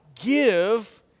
Give